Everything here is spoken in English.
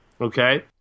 Okay